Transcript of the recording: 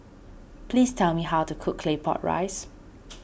please tell me how to cook Claypot Rice